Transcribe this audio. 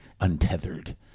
untethered